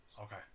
Okay